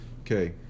Okay